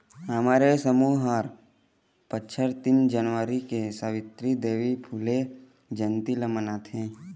हमर ये समूह ह हर बछर तीन जनवरी के सवित्री देवी फूले जंयती ल मनाथे